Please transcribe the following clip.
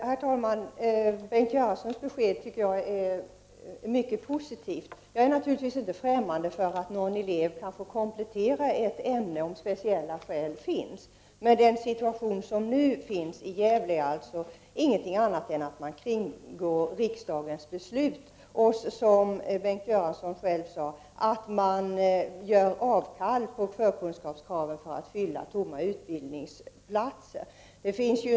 Herr talman! Jag tycker att Bengt Göranssons besked är mycket positivt. Jag är naturligtvis inte ffrämmande för att någon elev kan få komplettera ett ämne om speciella skäl föreligger. Men den situation som nu råder i Gävle innebär ingenting annat än att man kringgår riksdagens beslut och, som Bengt Göransson själv sade, gör avkall på förkunskapskraven för att fylla tomma utbildningsplatser.